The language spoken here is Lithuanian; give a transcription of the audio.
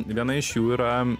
viena iš jų yra